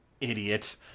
idiot